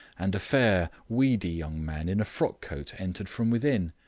and a fair, weedy, young man, in a frock-coat, entered from within.